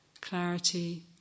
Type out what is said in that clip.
clarity